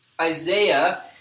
Isaiah